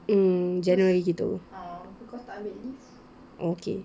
mm january gitu okay